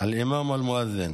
(חוזר על המילים בערבית,)